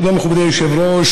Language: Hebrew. תודה, מכובדי היושב-ראש.